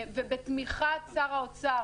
ובתמיכת שר האוצר.